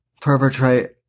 perpetrate